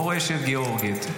המורשת הגיאורגית.